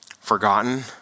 forgotten